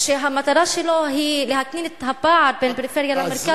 שהמטרה שלו היא להקטין את הפער בין הפריפריה למרכז,